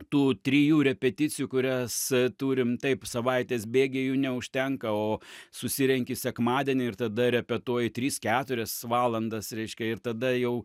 tų trijų repeticijų kurias turim taip savaitės bėgyje jų neužtenka o susirenki sekmadienį ir tada repetuoji tris keturias valandas reiškia ir tada jau